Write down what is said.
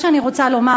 מה שאני רוצה לומר,